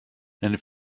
and